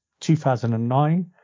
2009